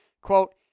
quote